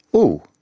oh,